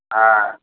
ஆ